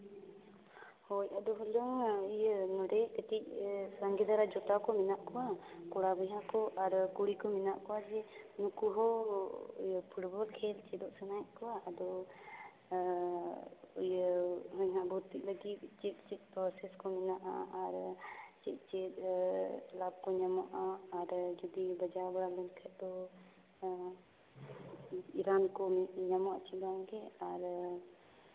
ᱦᱳᱭ ᱟᱫᱚ ᱵᱷᱟᱞᱟ ᱤᱭᱟᱹ ᱱᱚᱸᱰᱮᱭᱤᱡ ᱠᱟᱹᱴᱤᱡ ᱤᱭᱟᱹ ᱥᱟᱸᱜᱮ ᱫᱷᱟᱨᱟ ᱡᱚᱴᱟᱣ ᱠᱚ ᱢᱮᱱᱟᱜ ᱠᱚᱣᱟ ᱠᱚᱲᱟ ᱵᱚᱭᱦᱟ ᱠᱚ ᱟᱨ ᱠᱩᱲᱤ ᱠᱚ ᱢᱮᱱᱟᱜ ᱠᱚᱣᱟ ᱡᱮ ᱱᱩᱠᱩ ᱦᱚᱸ ᱤᱭᱟᱹ ᱯᱷᱩᱴᱵᱚᱞ ᱠᱷᱮᱞ ᱪᱮᱫᱚᱜ ᱥᱟᱱᱟᱭᱮᱫ ᱠᱚᱣᱟ ᱟᱫᱚ ᱤᱭᱟᱹ ᱚᱱᱮ ᱦᱟᱸᱜ ᱵᱷᱩᱛᱛᱤᱜ ᱞᱟᱹᱜᱤᱫ ᱪᱮᱫ ᱪᱮᱫ ᱯᱨᱚᱥᱮᱥ ᱠᱚ ᱢᱮᱱᱟᱜᱼᱟ ᱟᱨ ᱪᱮᱫ ᱪᱮᱫ ᱞᱟᱵᱽ ᱠᱚ ᱧᱟᱢᱚᱜᱼᱟ ᱟᱨ ᱡᱩᱫᱤ ᱵᱟᱡᱟᱣ ᱵᱟᱲᱟ ᱞᱮᱱᱠᱷᱟᱱ ᱫᱚ ᱨᱟᱱ ᱠᱚ ᱧᱟᱢᱚᱜᱼᱟ ᱥᱮ ᱵᱟᱝᱜᱮ ᱟᱨ